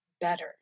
better